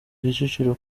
kicukiro